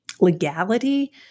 legality